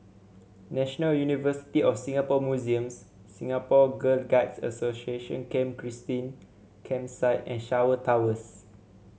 National University of Singapore Museums Singapore Girl Guides Association Camp Christine Campsite and Shaw Towers